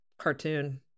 cartoon